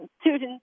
students